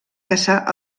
caçar